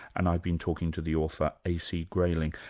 and i've been talking to the author, a. c. grayling.